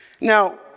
Now